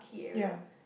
ya